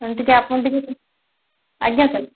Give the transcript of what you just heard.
ଟିକେ ଆପଣ ଟିକେ ଆଜ୍ଞା ସାର୍